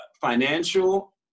Financial